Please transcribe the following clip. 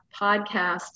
podcast